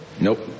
Nope